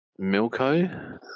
Milko